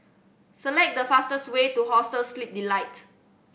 select the fastest way to Hostel Sleep Delight